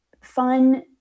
fun